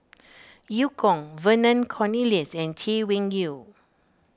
Eu Kong Vernon Cornelius and Chay Weng Yew